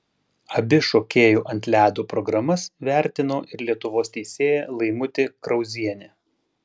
abi šokėjų ant ledo programas vertino ir lietuvos teisėja laimutė krauzienė